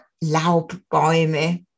Laubbäume